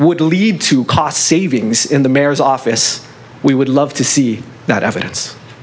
would lead to cost savings in the mayor's office we would love to see that evidence